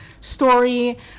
story